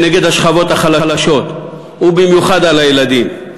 כנגד השכבות החלשות, ובמיוחד על הילדים.